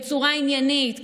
בצורה עניינית,